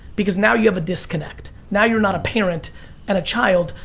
because now you have a disconnect. now you're not a parent and a child,